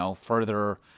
further